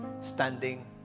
standing